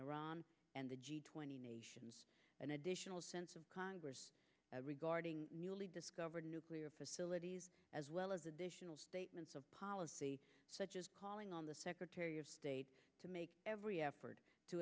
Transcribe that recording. iran and the g twenty nations an additional sense of congress regarding newly discovered nuclear facilities as well as additional statements of policy such as calling on the secretary of state to make every effort to